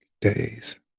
days